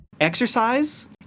exercise